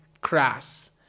crass